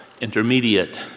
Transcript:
intermediate